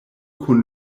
kun